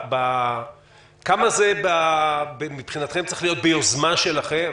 כמה זה מבחינתכם צריך להיות ביוזמה שלכם,